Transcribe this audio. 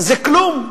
כלום.